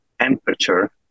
temperature